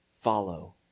follow